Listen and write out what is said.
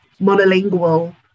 monolingual